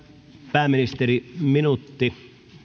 pääministeri minuutti